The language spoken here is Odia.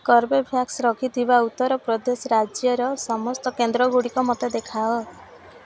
କର୍ବେଭ୍ୟାକ୍ସ ରଖିଥିବା ଉତ୍ତରପ୍ରଦେଶ ରାଜ୍ୟର ସମସ୍ତ କେନ୍ଦ୍ର ଗୁଡ଼ିକ ମୋତେ ଦେଖାଅ